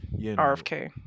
RFK